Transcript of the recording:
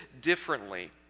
differently